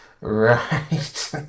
Right